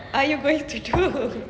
what are you going to do